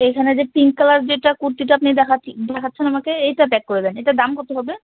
এইখানে যে pink colour যেটা কুর্তিটা আপনি দেখাচ্ছে দেখাচ্ছেন আমাকে এইটা প্যাক করে দেন এইটার দাম কতো হবে